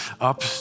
up